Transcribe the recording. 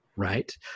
Right